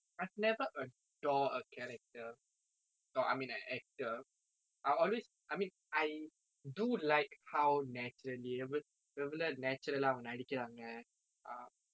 I've never adored a character or I mean an actor I always I mean I do like how naturally எவ்வளவு எவ்வளவு:evvalvu evvalvu natural ah அவங்க நடிக்கிறாங்க:avanga nadikiraanga um